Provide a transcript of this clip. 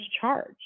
charge